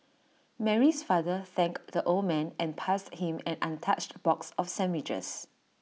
Mary's father thanked the old man and passed him an untouched box of sandwiches